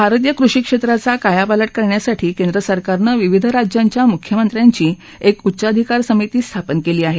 भारतीय कृषी क्षेत्राचा कायापालट करण्यासाठी केंद्र सरकारनं विविध राज्यांच्या मुख्यमंत्र्यांची एक उच्चाधिकार समिती स्थापन केली आहे